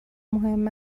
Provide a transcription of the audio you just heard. مهم